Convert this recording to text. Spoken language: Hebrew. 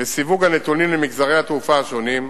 ובסיווג של הנתונים למגזרי התעופה השונים,